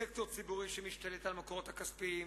סקטור ציבורי שמשתלט על המקורות הכספיים,